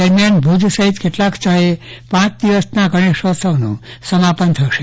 દરમિયાન ભુજ સહિત કેટલાક સ્થળે પાંચદિવસના ગણેશોત્સવનું સમાપન થશે